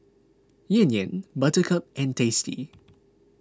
Yan Yan Buttercup and Tasty